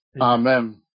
Amen